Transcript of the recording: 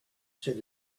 said